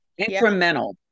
Incremental